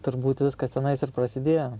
turbūt viskas tenais ir prasidėjo